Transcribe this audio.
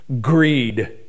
Greed